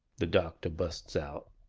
the doctor busts out,